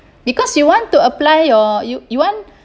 because you want to apply your you you want